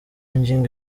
ngingo